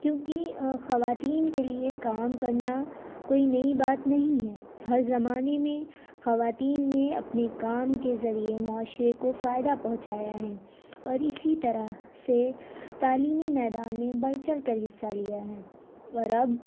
کیونکہ خواتین کے لیے کام کرنا کوئی نئی بات نہیں ہے ہر زمانے میں خواتین نے اپنے کام کے ذریعے معاشرے کو فائدہ پہنچایا ہے اور اسی طرح سے تعلیمی میدان میں بڑھ چڑھ کر حصہ لیا ہے اور اب